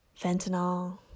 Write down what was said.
Fentanyl